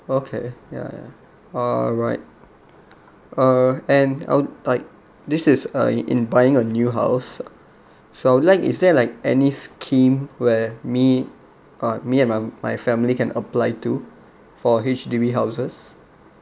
okay ya ya alright uh and I'll like this is uh in buying a new house so I'd like is there like any scheme where me uh me and my my family can apply to for H_D_B houses